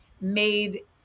made